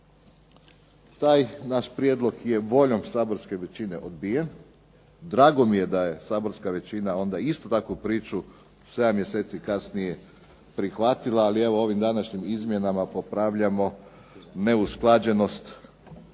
taj naš prijedlog je voljom saborske većine odbijen. Drago mi je da je saborska većina onda istu takvu priču 7 mjeseci kasnije prihvatila. Ali evo ovim današnjim izmjenama popravljamo neusklađenost